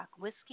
Whiskey